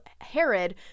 Herod